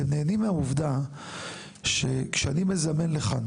אתם נהנים מהעובדה שכשאני מזמן לכאן